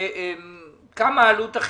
כמה כסף?